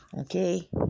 Okay